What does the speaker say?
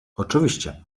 oczywiście